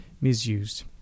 misused